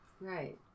right